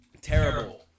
Terrible